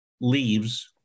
leaves